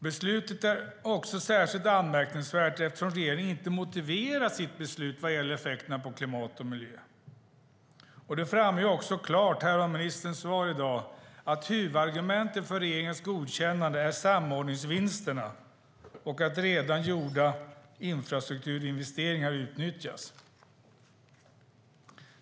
Beslutet är också särskilt anmärkningsvärt eftersom regeringen inte motiverar sitt beslut vad gäller effekterna på klimat och miljö. Det framgick också klart av ministerns svar i dag att huvudargumentet för regeringens godkännande är samordningsvinsterna och att redan gjorda infrastrukturinvesteringar utnyttjas.